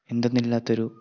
എന്തെന്നില്ലാത്തൊരു